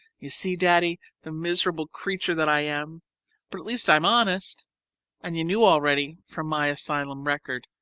you see, daddy, the miserable creature that i am but at least i'm honest and you knew already, from my asylum record,